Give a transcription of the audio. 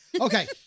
Okay